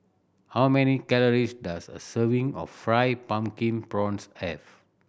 how many calories does a serving of Fried Pumpkin Prawns have